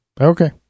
Okay